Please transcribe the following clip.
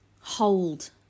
hold